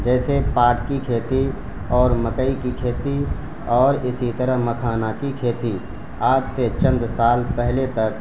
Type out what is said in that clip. جیسے پاٹ کی کھیتی اور مکئی کی کھیتی اور اسی طرح مکھانا کی کھیتی آج سے چند سال پہلے تک